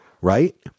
right